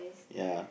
ya